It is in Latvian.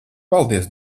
paldies